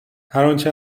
انچه